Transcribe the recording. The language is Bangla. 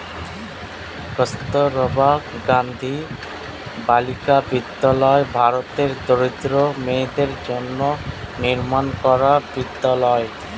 কস্তুরবা গান্ধী বালিকা বিদ্যালয় ভারতের দরিদ্র মেয়েদের জন্য নির্মাণ করা বিদ্যালয়